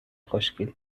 خوشگلی